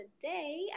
today